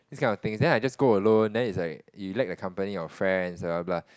this kind of things then I just go alone then is like you lack a company of friends blah blah blah